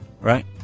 Right